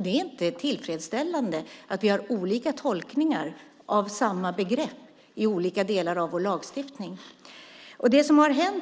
Det är inte tillfredsställande att vi har olika tolkningar av samma begrepp i olika delar av vår lagstiftning.